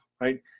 right